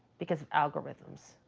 because of algorithms,